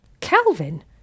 Calvin